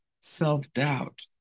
self-doubt